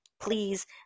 please